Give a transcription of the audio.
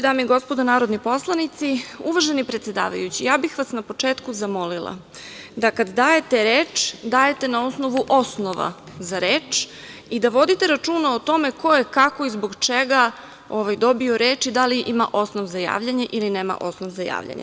Dame i gospodo narodni poslanici, uvaženi predsedavajući, ja bih vas na početku zamolila da kada dajete reč, date je na osnovu osnova za reč i da vodite računa o tome ko je, kako i zbog čega dobio reč i da li ima osnov za javljanje ili nema osnov za javljanje.